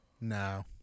No